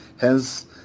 hence